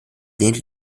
lehnte